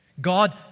God